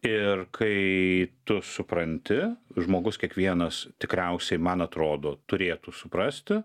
ir kai tu supranti žmogus kiekvienas tikriausiai man atrodo turėtų suprasti